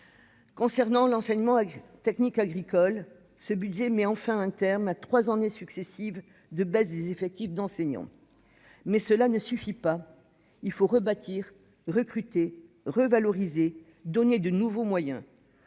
Pour l'enseignement technique agricole, ce projet de budget met enfin un terme à trois années successives de baisse des effectifs d'enseignants, mais cela ne suffit pas. Il faut rebâtir, recruter, revaloriser, octroyer de nouveaux moyens.